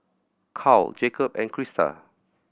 Carl Jakob and Crysta